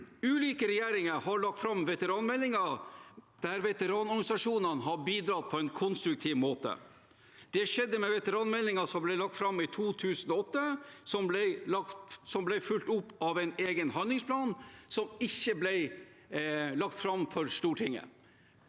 Ulike regjeringer har lagt fram veteranmeldinger der veteranorganisasjonene har bidratt på en konstruktiv måte. Det skjedde med veteranmeldingen som ble lagt fram i 2009, som ble fulgt opp av en egen handlingsplan som ikke ble lagt fram for Stortinget.